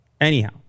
Anyhow